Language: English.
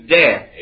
death